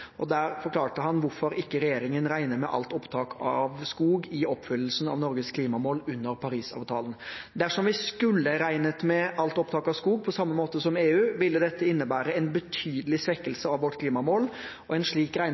Der forklarte han hvorfor ikke regjeringen regner med alt opptak av skog i oppfyllelsen av Norges klimamål under Parisavtalen. Dersom vi skulle regnet med alt opptak av skog, på samme måte som EU, ville dette innebære en betydelig svekkelse av vårt klimamål, og en slik